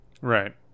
right